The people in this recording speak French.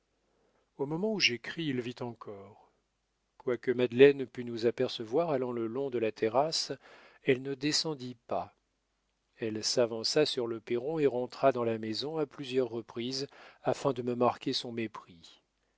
au moment où j'écris il vit encore quoique madeleine pût nous apercevoir allant le long de la terrasse elle ne descendit pas elle s'avança sur le perron et rentra dans la maison à plusieurs reprises afin de me marquer son mépris